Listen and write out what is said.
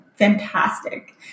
Fantastic